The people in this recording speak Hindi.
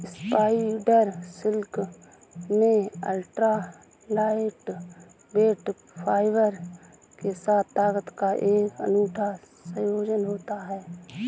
स्पाइडर सिल्क में अल्ट्रा लाइटवेट फाइबर के साथ ताकत का एक अनूठा संयोजन होता है